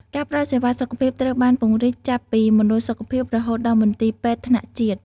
ការផ្តល់សេវាសុខភាពត្រូវបានពង្រីកចាប់ពីមណ្ឌលសុខភាពរហូតដល់មន្ទីរពេទ្យថ្នាក់ជាតិ។